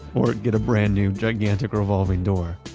or get a brand new gigantic revolving door,